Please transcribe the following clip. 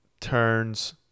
turns